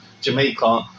Jamaica